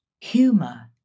Humor